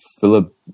Philip